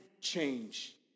change